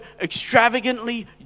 extravagantly